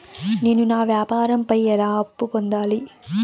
నేను నా వ్యాపారం పై ఎలా అప్పు పొందాలి?